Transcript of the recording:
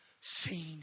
seen